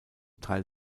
teil